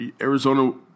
Arizona